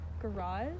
garage